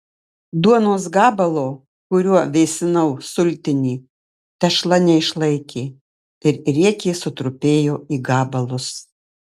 duonos gabalo kuriuo vėsinau sultinį tešla neišlaikė ir riekė sutrupėjo į gabalus